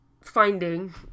finding